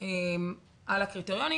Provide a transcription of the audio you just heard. על הקריטריונים